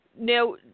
Now